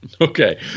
Okay